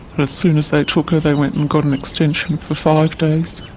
but as soon as they took her, they went and got an extension for five days.